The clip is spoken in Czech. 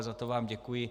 Za to vám děkuji.